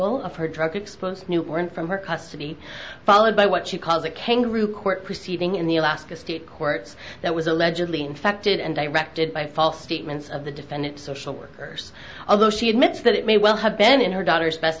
removal of her drug explosive new or in from her custody followed by what she calls a kangaroo court proceeding in the alaska state courts that was allegedly infected and directed by false statements of the defendant social workers although she admits that it may well have ben in her daughter's best